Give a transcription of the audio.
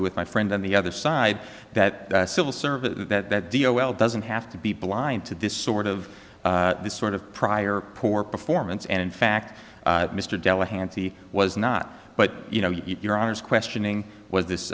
with my friend on the other side that the civil service that deal well doesn't have to be blind to this sort of this sort of prior poor performance and in fact mr della hansie was not but you know your honour's questioning was this